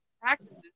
practices